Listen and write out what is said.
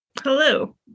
Hello